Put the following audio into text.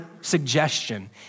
suggestion